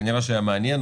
כנראה היה מעניין,